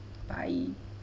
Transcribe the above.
bye